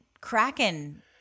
Kraken